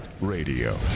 Radio